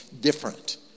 different